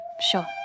sure